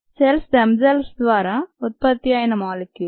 cells themselves ద్వారా ఉత్పత్తి అయిన మోలిక్యూల్స్